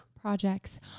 Projects